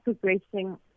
progressing